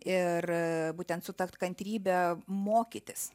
ir būtent su ta kantrybe mokytis